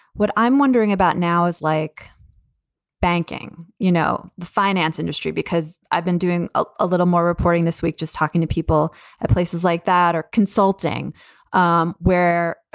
what i'm wondering about now is like banking, you know, the finance industry, because i've been doing a ah little more reporting this week, just talking to people at places like that or consulting um where